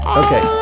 okay